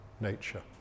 nature